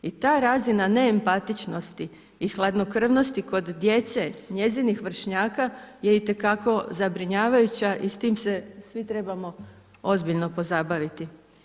I ta razina neempatičnosti i hladnokrvnosti kod djece, njezinih vršnjaka je itekako zabrinjavajuća i s tim se svi trebamo ozbiljno pozabaviti.